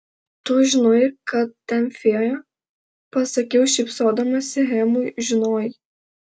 tu žinojai kad ten fėja pasakiau šypsodamasi hemui žinojai